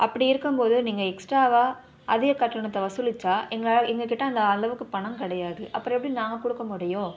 அப்படி இருக்கும் போது நீங்கள் எக்ஸ்ட்ராவாக அதிக கட்டணத்தை வசூலித்தா எங்களால் எங்கக்கிட்டே அந்த அளவுக்கு பணம் கிடையாது அப்புறம் எப்படி நாங்கள் கொடுக்க முடியும்